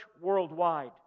worldwide